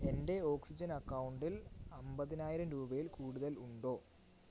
എൻ്റെ ഓക്സിജൻ അക്കൗണ്ടിൽ അമ്പതിനായിരം രൂപയിൽ കൂടുതൽ ഉണ്ടോ